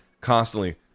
constantly